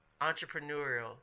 entrepreneurial